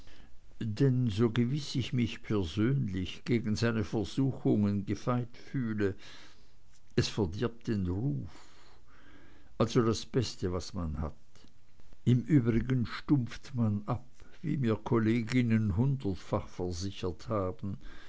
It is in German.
denn so gewiß ich mich persönlich gegen seine versuchungen gefeit fühle es verdirbt den ruf also das beste was man hat im übrigen stumpft man ab wie mir kolleginnen hundertfach versichert haben